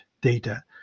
data